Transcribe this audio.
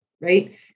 Right